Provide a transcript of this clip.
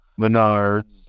Menards